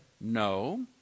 No